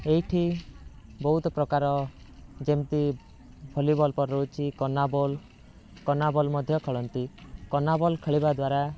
ଏଇଠି ବହୁତ ପ୍ରକାର ଯେମିତି ଭଲିବଲ କନା ବଲ୍ କନା ବଲ୍ ମଧ୍ୟ ଖେଳନ୍ତି କନା ବଲ୍ ଖେଳିବା ଦ୍ୱାରା